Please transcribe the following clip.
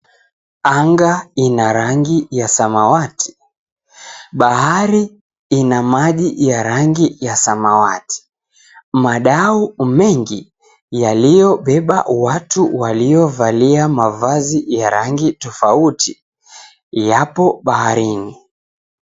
Anga ina rangi ya samawati, bahari ina maji ya rangi ya samawati, madau mengi yaliyobeba watu waliovalia mavazi ya rangi tofauti, yapo baharini.